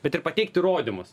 bet ir pateikt įrodymus